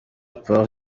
part